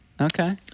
Okay